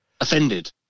Offended